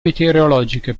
meteorologica